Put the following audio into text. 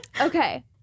Okay